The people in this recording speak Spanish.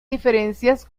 diferencias